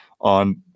on